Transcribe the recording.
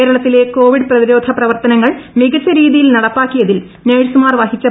കേരളത്തിലെ കോവിഡ് പ്രതിരോധ പ്രവർത്തനങ്ങൾ മികച്ച രീതിയിൽ നടപ്പാക്കിയതിൽ നേഴ്സുമാർ വഹിച്ചു